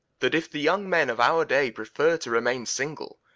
that if the young men of our day prefer to remain single,